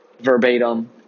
verbatim